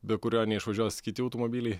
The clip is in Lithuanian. be kurio neišvažiuos kiti automobiliai